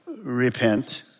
repent